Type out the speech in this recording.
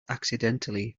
accidentally